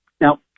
Now